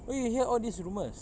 where you hear all these rumours